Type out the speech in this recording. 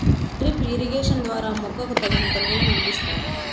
drip irrigation ద్వారా మొక్కకు తగినంత నీరును అందిస్తారు